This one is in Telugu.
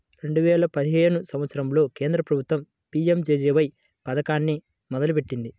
రెండేల పదిహేను సంవత్సరంలో కేంద్ర ప్రభుత్వం పీ.యం.జే.జే.బీ.వై పథకాన్ని మొదలుపెట్టింది